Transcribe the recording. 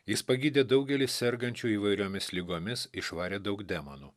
jis pagydė daugelį sergančių įvairiomis ligomis išvarė daug demonų